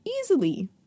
easily